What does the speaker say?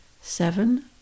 Seven